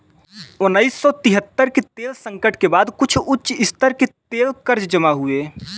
उन्नीस सौ तिहत्तर के तेल संकट के बाद कुछ उच्च स्तर के कर्ज जमा हुए